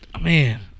Man